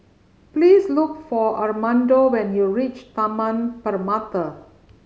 please look for Armando when you reach Taman Permata